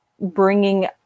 bringing